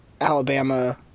Alabama